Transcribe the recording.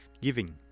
giving